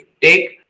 take